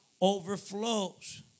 overflows